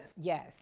yes